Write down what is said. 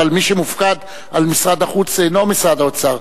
אבל מי שמופקד על משרד החוץ אינו משרד האוצר,